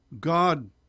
God